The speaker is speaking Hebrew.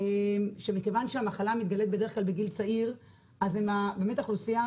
שמכיוון שהמחלה מתגלה בדרך כלל בגיל צעיר אז הם האוכלוסייה